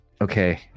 Okay